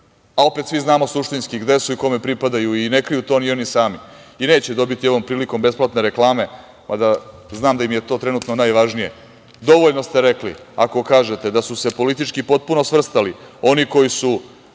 a opet svi znamo suštinski gde su i kome pripadaju, i ne kriju to ni oni sami. I neće ovom prilikom dobiti besplatne reklame, mada znam da im je to trenutno najvažnije. Dovoljno ste rekli ako kažete da su se politički potpuno svrstali oni koji su